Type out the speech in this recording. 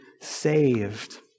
saved